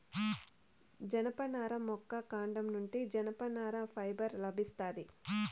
జనపనార మొక్క కాండం నుండి జనపనార ఫైబర్ లభిస్తాది